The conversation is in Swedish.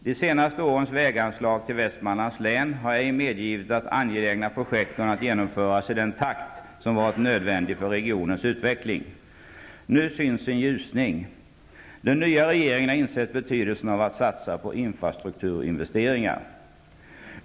De senaste årens väganslag till Västmanlands län har ej medgivit att angelägna projekt har kunnat genomföras i den takt som har varit nödvändig för regionens utveckling. Nu syns en ljusning. Den nya regeringen har insett betydelsen av att göra infrastrukturinvesteringar.